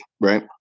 right